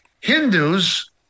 Hindus